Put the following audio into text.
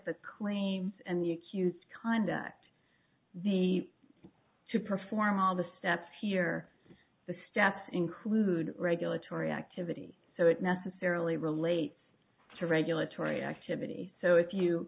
the claims and you accuse kind act the to perform all the steps here the steps include regulatory activity so it necessarily relates to regulatory activity so if you